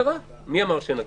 מי אמר שאין הגדרה?